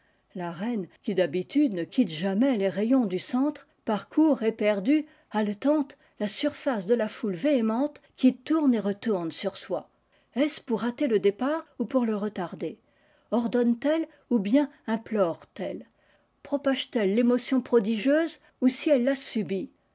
la reine qui d'habitude ne quitte jamais les rayons du centre parcourt éperdue haletante la surface de la foule véhémente qui tourne et retourne sur soi est-ce pour hâter le départ ou pour le retarder ordonne t elle ou bien implore telle propage telle l'émotion prodigieuse ou si elle la subit